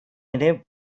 ere